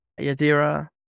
Yadira